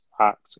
act